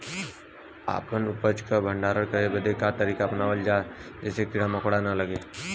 अपना उपज क भंडारन करे बदे का तरीका अपनावल जा जेसे कीड़ा मकोड़ा न लगें?